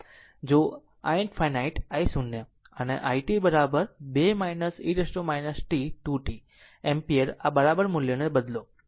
જો i ∞ i0 અને i t 2 e t 2 t ampere બરાબર બધા મૂલ્યોને બદલો